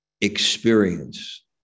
experience